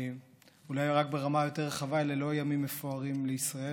אולי רק ברמה יותר רחבה: אלה לא ימים מפוארים לישראל,